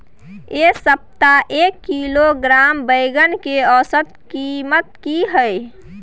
ऐ सप्ताह एक किलोग्राम बैंगन के औसत कीमत कि हय?